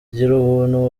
girubuntu